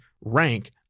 rank